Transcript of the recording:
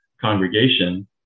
congregation